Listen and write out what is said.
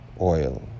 oil